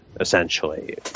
essentially